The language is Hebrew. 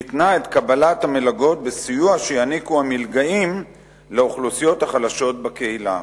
והתנה את קבלת המלגות בסיוע שיעניקו המלגאים לאוכלוסיות החלשות בקהילה.